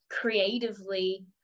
creatively